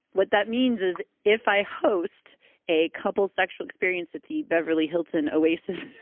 what that means is if i host a couples sexual experience at the beverly hilton oasis